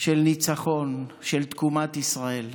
של ניצחון, של תקומת ישראל.